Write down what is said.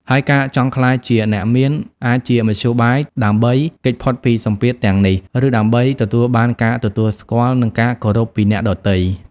ហើយការចង់ ក្លាយជាអ្នកមាន អាចជាមធ្យោបាយដើម្បីគេចផុតពីសម្ពាធទាំងនេះ ឬដើម្បីទទួលបានការទទួលស្គាល់ និងការគោរពពីអ្នកដទៃ។